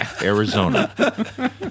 Arizona